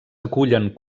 acullen